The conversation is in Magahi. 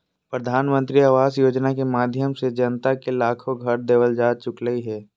प्रधानमंत्री आवास योजना के माध्यम से जनता के लाखो घर देवल जा चुकलय हें